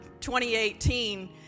2018